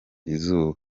izuba